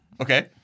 Okay